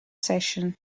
session